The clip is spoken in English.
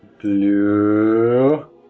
Blue